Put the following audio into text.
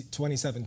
2017